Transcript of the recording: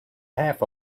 half